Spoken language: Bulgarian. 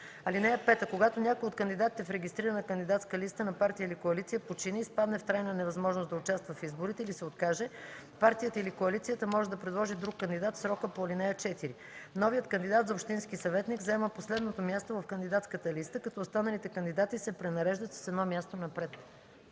(5) Когато някой от кандидатите в регистрирана кандидатска листа на партия или коалиция почине, изпадне в трайна невъзможност да участва в изборите или се откаже, партията или коалицията може да предложи друг кандидат в срока по ал. 4. Новият кандидат за общински съветник заема последното място в кандидатската листа, като останалите кандидати се пренареждат с едно място напред.”